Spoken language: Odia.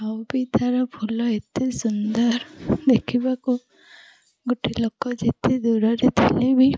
ଆଉ ବି ତା'ର ଫୁଲ ଏତେ ସୁନ୍ଦର ଦେଖିବାକୁ ଗୋଟେ ଲୋକ ଯେତେ ଦୂରରେ ଥିଲେ ବି